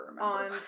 on